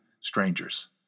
strangers